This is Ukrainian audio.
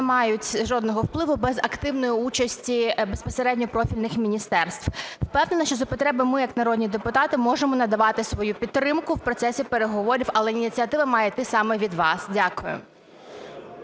не мають жодного впливу без активної участі безпосередньо профільних міністерств. Впевнена, що за потреби ми як народні депутати можемо надавати свою підтримку в процесі переговорів, але ініціатива має йти саме від вас. Дякую.